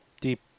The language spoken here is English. deep